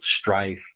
strife